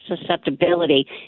susceptibility